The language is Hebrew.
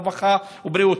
הרווחה והבריאות,